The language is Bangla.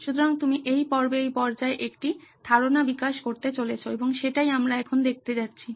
সুতরাং তুমি এই পর্বে এই পর্যায়ে একটি ধারণা বিকাশ করতে চলেছো এবং সেটাই আমরা এখন দেখতে যাচ্ছি